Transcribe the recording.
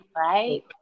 Right